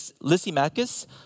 Lysimachus